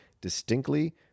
distinctly